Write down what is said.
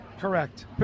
Correct